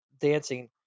dancing